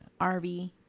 RV